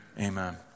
Amen